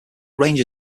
ranger